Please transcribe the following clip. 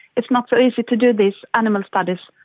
it's not so easy to do these animal studies.